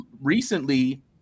recently